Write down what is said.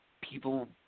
people